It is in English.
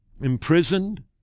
imprisoned